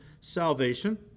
salvation